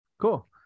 Cool